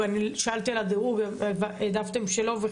שאלתי על הדירוג והעדפתם שלא להיכנס לזה,